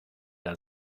der